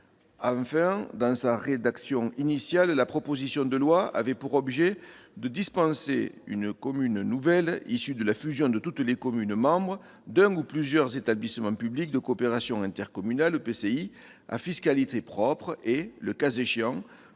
Enfin, dans sa rédaction initiale, la proposition de loi prévoyait de dispenser une commune nouvelle issue de la fusion de toutes les communes membres d'un ou de plusieurs établissements publics de coopération intercommunale à fiscalité propre et, le cas échéant,